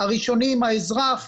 הראשוני עם האזרח,